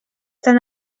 tan